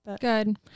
Good